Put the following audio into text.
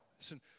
Listen